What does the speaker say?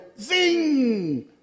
zing